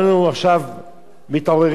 הפפריקה האדומה ביותר